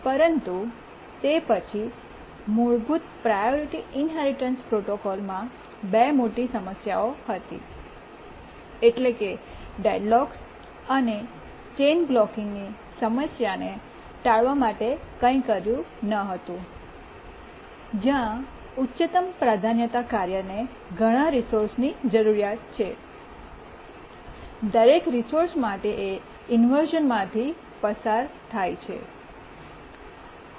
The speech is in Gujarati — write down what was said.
પરંતુ તે પછી મૂળભૂત પ્રાયોરિટી ઇન્હેરિટન્સ પ્રોટોકોલમાં બે મોટી સમસ્યાઓ હતી એટલે કે ડેડલોક્સ અને ચેઇન બ્લૉકિંગ સમસ્યાને ટાળવા માટે કંઇ કર્યું ન હતું જ્યાં ઉચ્ચત્તમ પ્રાધાન્યતા કાર્યને ઘણા રિસોર્સ ની જરૂરિયાત છે દરેક રિસોર્સ માટે એ ઇન્વર્શ઼નમાંથી પસાર થાય છે